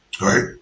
Right